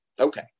Okay